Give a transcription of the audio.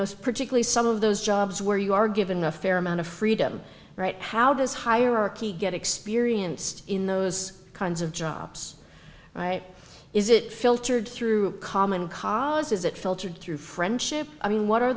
know particularly some of those jobs where you are given a fair amount of freedom how does hierarchy get experienced in those kinds of jobs right is it filtered through common cause is it filtered through friendship i mean what are